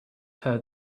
her